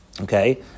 Okay